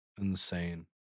insane